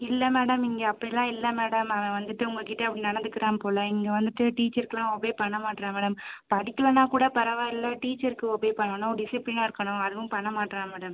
இல்லை மேடம் இங்கே அப்படிலாம் இல்லை மேடம் அவன் வந்துட்டு உங்கக்கிட்ட அப்படி நடந்துக்கிறான் போல இங்கே வந்துவிட்டு டீச்சர்க்கெலாம் ஒபே பண்ண மாட்டேறான் மேடம் படிக்கலைனா கூட பரவாயில்லை டீச்சருக்கு ஒபே பண்ணணும் டிசிப்ளினாக இருக்கணும் அதுவும் பண்ண மாட்டேறான் மேடம்